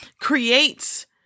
creates